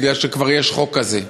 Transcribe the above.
בגלל שכבר יש חוק כזה.